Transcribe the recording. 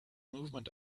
movement